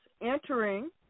entering